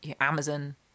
Amazon